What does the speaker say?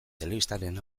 telebistaren